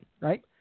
Right